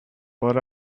but